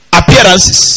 appearances